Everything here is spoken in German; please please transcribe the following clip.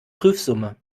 prüfsumme